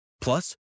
Plus